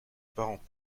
parents